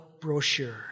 brochure